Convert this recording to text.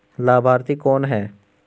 लाभार्थी कौन है?